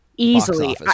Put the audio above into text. Easily